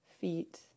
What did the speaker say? feet